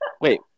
Wait